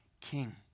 king